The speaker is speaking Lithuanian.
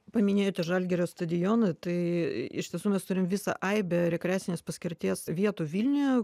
paminėjote žalgirio stadioną tai iš tiesų mes turim visą aibę rekreacinės paskirties vietų vilniuje